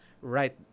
right